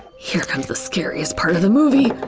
here comes the scariest part of the movie!